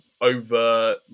over